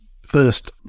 first